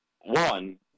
one